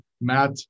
Matt